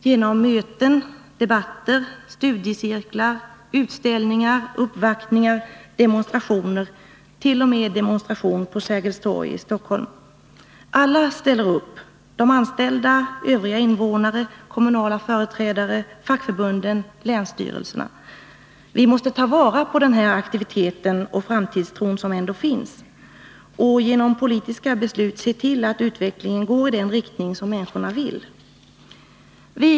Det gäller möten, debatter, studiecirklar, utställningar, uppvaktningar, demonstrationer, ja, t.o.m. demonstration på Sergels torg i Stockholm. Alla ställer upp: de anställda, övriga invånare, kommunala representanter, fackförbunden och länsstyrelserna. Vi måste ta vara på den aktivitet och framtidstro som ändå finns och genom politiska beslut se till att utvecklingen går i den av människorna önskade riktningen.